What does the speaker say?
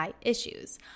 issues